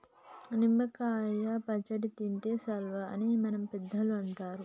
నిమ్మ కాయ పచ్చడి తింటే సల్వా అని మన పెద్దలు అంటరు